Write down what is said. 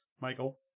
Michael